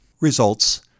results